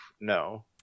no